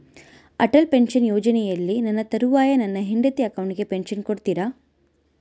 Atal pension ಯೋಜನೆಯಲ್ಲಿ ನನ್ನ ತರುವಾಯ ನನ್ನ ಹೆಂಡತಿ ಅಕೌಂಟಿಗೆ ಪೆನ್ಶನ್ ಕೊಡ್ತೇರಾ?